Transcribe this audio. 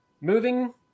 moving